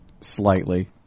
slightly